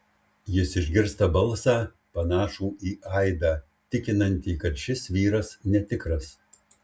jis išgirsta balsą panašų į aidą tikinantį kad šis vyras netikras